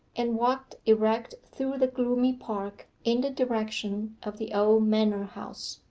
and walked erect through the gloomy park in the direction of the old manor-house.